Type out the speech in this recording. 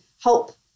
help